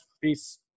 Peace